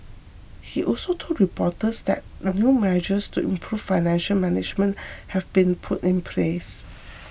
he also told reporters that new measures to improve financial management have been put in place